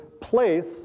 place